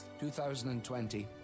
2020